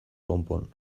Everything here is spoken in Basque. konpon